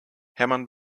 hermann